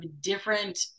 different